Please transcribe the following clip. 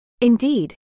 Indeed